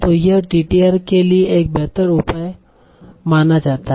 तो यह टीटीआर के लिए एक बेहतर उपाय माना जाता है